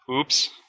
Oops